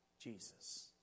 Jesus